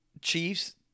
Chiefs